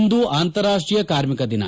ಇಂದು ಅಂತಾರಾಷ್ಟೀಯ ಕಾರ್ಮಿಕ ದಿನ